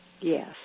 Yes